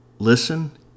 Listen